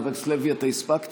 חבר הכנסת לוי, אתה הספקת?